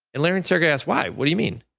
and larry and sergey asked, why? what do you mean?